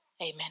Amen